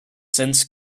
since